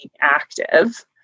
active